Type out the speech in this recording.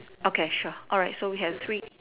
okay sure all right so we have three